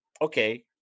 okay